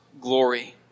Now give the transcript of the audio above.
glory